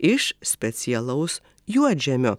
iš specialaus juodžemio